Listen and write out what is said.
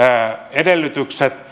edellytykset